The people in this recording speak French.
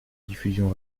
diffusion